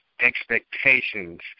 expectations